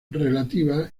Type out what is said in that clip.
relativa